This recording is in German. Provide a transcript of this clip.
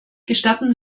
gestatten